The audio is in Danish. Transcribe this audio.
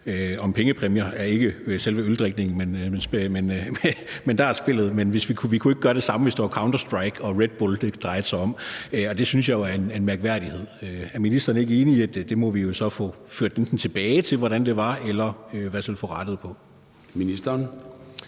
om pengepræmier og drikke øl, men vi kunne ikke gøre det samme, hvis det var Counter-Strike og Red Bull, det drejede sig om. Det synes jeg jo er en mærkværdighed. Er ministeren ikke enig i, at det må vi jo så enten få ført tilbage til, hvordan det var, eller i hvert fald få rettet på?